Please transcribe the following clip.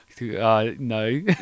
No